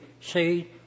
say